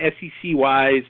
SEC-wise